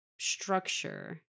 structure